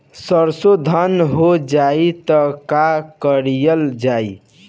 सरसो धन हो जाई त का कयील जाई?